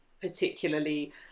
particularly